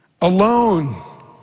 alone